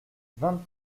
vingt